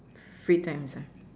free times ah